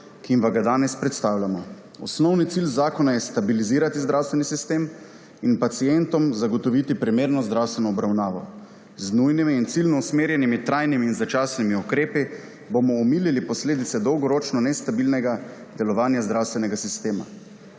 ki vam ga danes predstavljamo. Osnovni cilj zakona je stabilizirati zdravstveni sistem in pacientom zagotoviti primerno zdravstveno obravnavo. Z nujnimi in ciljno usmerjenimi, trajnimi in začasnimi ukrepi bomo omilili posledice dolgoročno nestabilnega delovanja zdravstvenega sistema.